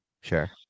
Sure